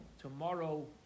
tomorrow